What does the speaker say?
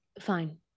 Fine